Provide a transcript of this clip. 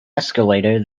escalator